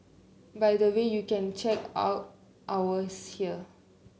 by the way you can check out ours here